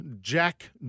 Jack